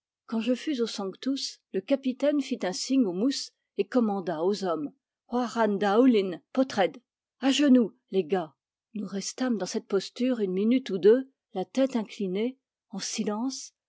quand je fus au sanctus le capitaine fit un signe au mousse et commanda aux hommes war daoulin pôtred a genoux les gars nous restâmes dans cette posture une minute ou deux la tête inclinée en silence